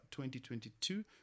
2022